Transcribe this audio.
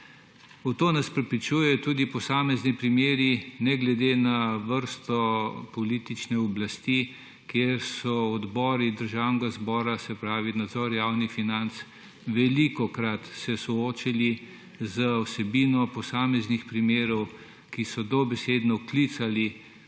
V to nas prepričujejo tudi posamezni primeri, ne glede na vrsto politične oblasti, kjer so se odbori Državnega zbora, se pravi nadzor javnih financ, velikokrat soočili z vsebino posameznih primerov, ki so dobesedno klicali